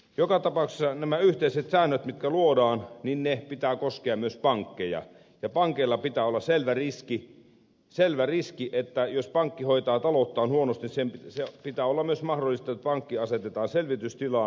joka tapauksessa näiden yhteisten sääntöjen jotka luodaan pitää koskea myös pankkeja ja pankeilla pitää olla selvä riski että jos pankki hoitaa talouttaan huonosti pitää olla myös mahdollista että pankki asetetaan selvitystilaan